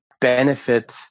benefit